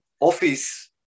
office